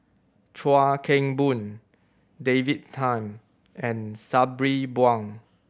Chuan Keng Boon David Tham and Sabri Buang